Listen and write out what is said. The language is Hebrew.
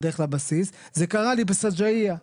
זה קרה לי בסג'עיה,